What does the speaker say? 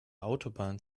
autobahn